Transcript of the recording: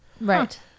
Right